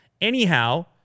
anyhow